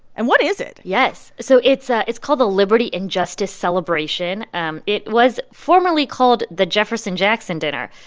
and what is it? yes. so it's ah it's called the liberty and justice celebration. and it was formerly called the jefferson-jackson dinner,